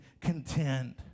contend